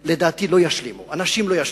לדעתי, אצלנו אנשים לא ישלימו.